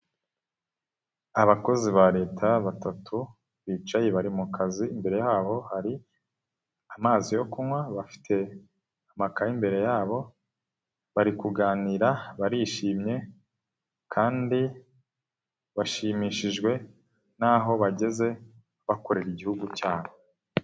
Abakozi ba leta, batatu bicaye bari mu kazi imbere yabo hari amazi yo kunywa bafite amakaye imbere yabo, bari kuganira barishimye kandi bashimishijwe n'aho bageze bakorera igihugu cyabo.